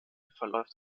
verläuft